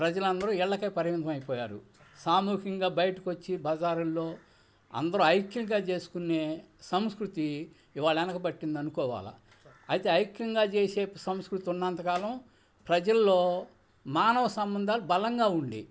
ప్రజలందరూ ఇళ్ళకే పరిమితమయిపోయారు సామూహికంగా బయటకొచ్చి బజారుళ్ళో అందరూ ఐక్యంగా చేసుకునే సంస్కృతి ఈవేళ వెనకబట్టిందనుకోవాలి అయితే ఐక్యంగా చేసే సంస్కృతి ఉన్నంత కాలం ప్రజల్లో మానవ సంబంధాలు బలంగా ఉండేవి